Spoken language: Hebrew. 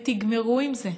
ותגמרו עם זה.